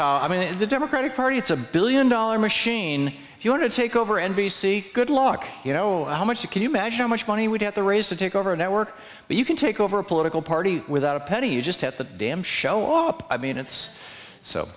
how i mean the democratic party it's a billion dollar machine if you want to take over n b c good luck you know how much you can you imagine how much money would have to raise to take over a network but you can take over a political party without a penny you just hit the damn show up i mean it's so